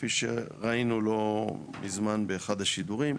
כפי שראינו לא מזמן באחד השידורים.